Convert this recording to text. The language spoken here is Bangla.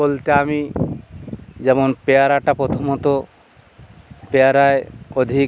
বলতে আমি যেমন পেয়ারাটা প্রথমত পেয়ারায় অধিক